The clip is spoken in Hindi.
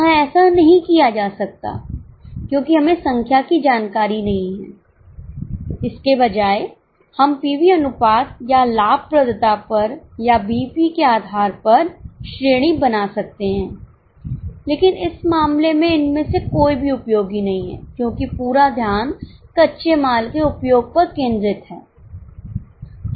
यहाँ ऐसा नहीं किया जा सकता क्योंकि हमें संख्या की जानकारी नहीं है इसके बजाय हम पीवी अनुपात या लाभप्रदता पर या बीईपी के आधार पर श्रेणी बना सकते हैं लेकिन इस मामले में इनमें से कोई भी उपयोगी नहीं है क्योंकि पूरा ध्यान कच्चे माल के उपयोग पर केंद्रित है